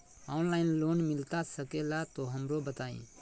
Online loan मिलता सके ला तो हमरो बताई?